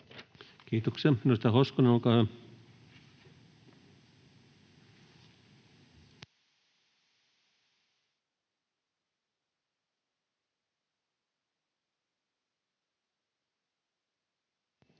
Kiitoksia. — Edustaja Hoskonen, olkaa hyvä.